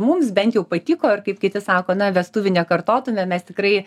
mums bent jau patiko ir kaip kiti sako na vestuvių nekartotume mes tikrai